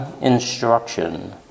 instruction